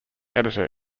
editor